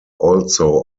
also